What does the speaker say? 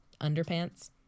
underpants